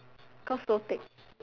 cause no take